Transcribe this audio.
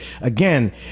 again